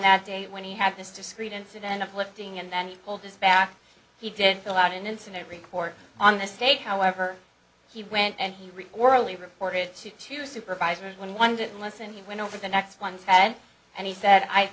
that day when he had this discrete incident of lifting and then he pulled this back he did fill out an incident report on the state however he went and he reportedly reported to two supervisors when one didn't listen he went over the next one's head and he said i've